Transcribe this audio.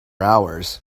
hours